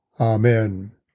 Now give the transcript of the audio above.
Amen